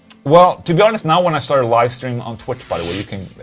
well, to be honest now when i start a live stream on twitch, by the way, you can.